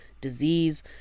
disease